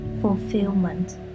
fulfillment